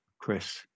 Chris